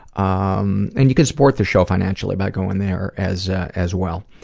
um and you can support the show financially by going there as as well.